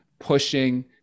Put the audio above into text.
pushing